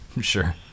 Sure